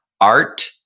art